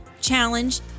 challenge